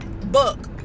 book